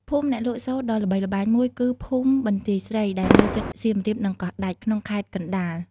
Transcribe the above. ភូមិអ្នកលក់សូត្រដ៏ល្បីល្បាញមួយគឺ ភូមិបន្ទាយស្រី ដែលនៅជិតសៀមរាប និង កោះដាច់ ក្នុងខេត្តកណ្តាល។